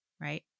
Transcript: Right